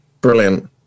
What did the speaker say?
brilliant